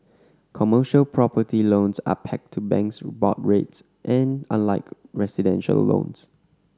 commercial property loans are pegged to banks board rates unlike residential loans